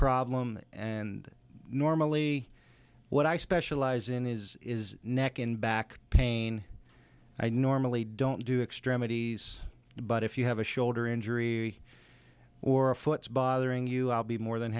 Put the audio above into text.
problem and normally what i specialize in is is neck and back pain i normally don't do extremities but if you have a shoulder injury or a foot's bothering you i'll be more than